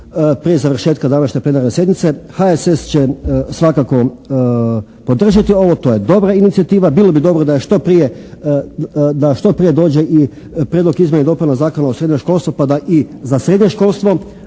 prije završetka današnje Plenarne sjednice. HSS će svakako podržati ovo. To je dobra inicijativa. Bilo bi dobro da što prije dođe i Prijedlog izmjena i dopuna Zakona o srednjem školstvu pa da i za srednje školstvo